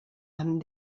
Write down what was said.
amb